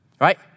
right